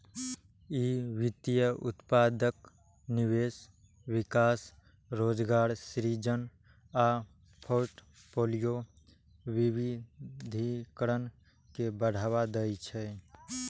ई वित्तीय उत्पादक निवेश, विकास, रोजगार सृजन आ फोर्टफोलियो विविधीकरण के बढ़ावा दै छै